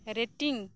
rating